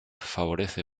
favorece